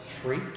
free